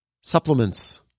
supplements